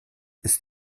ist